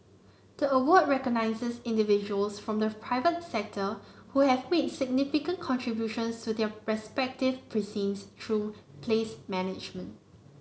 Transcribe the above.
the award recognises individuals from the private sector who have made significant contributions to their respective precincts through place management